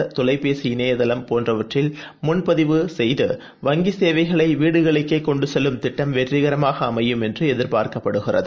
app இவைசதொலைபேசி இணையதளம் போன்றவற்றில் முன் பதிவு செய்து மொபல் வங்கிசேவைகளைவீடுகளுக்கேகொண்டுசெல்லும் திட்டம் வெற்றிகரமாகஅமையும் என்றுஎதிர்பார்க்கப்படுகிறது